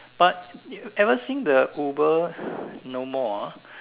but ever since the Uber no more ah